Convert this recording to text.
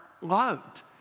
loved